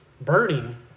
burning